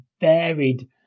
varied